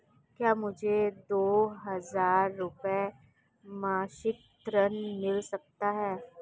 क्या मुझे दो हज़ार रुपये मासिक ऋण मिल सकता है?